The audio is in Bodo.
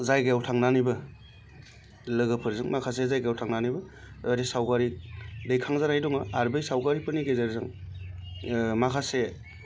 जायगायाव थांनानैबो लोगोफोरजों माखासे जायगायाव थांनानैबो बेबादि सावगारि दिखांजानाय दङ आरो बै सावगारिफोरनि गेजेरजों माखासे